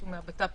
לא